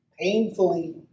Painfully